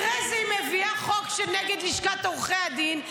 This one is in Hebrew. אחרי זה היא מביאה חוק נגד לשכת עורכי הדין,